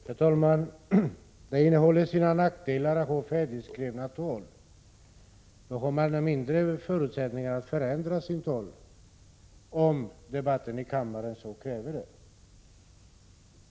Herr talman! Det har sina nackdelar att ha färdigskrivna tal. Då har man mindre förutsättningar att förändra sitt tal om debatten i kammaren så kräver.